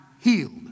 healed